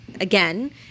again